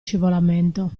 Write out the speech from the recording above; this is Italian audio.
scivolamento